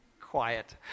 quiet